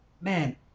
man